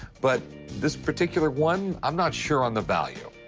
but this particular one, i'm not sure on the value.